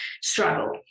struggle